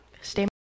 stay